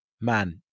man